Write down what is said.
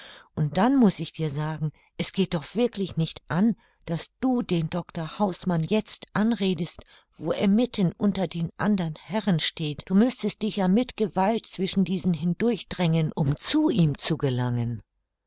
und dann muß ich dir sagen es geht doch wirklich nicht an daß du den dr hausmann jetzt anredest wo er mitten unter den andern herren steht du müßtest dich ja mit gewalt zwischen diesen hindurch drängen um zu ihm zu gelangen